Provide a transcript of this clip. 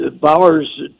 Bowers